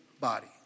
body